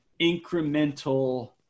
incremental